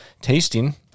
tasting